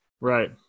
Right